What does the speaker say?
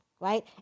right